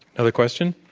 another question?